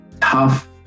Tough